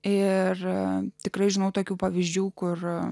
ir tikrai žinau tokių pavyzdžių kur